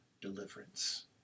deliverance